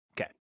Okay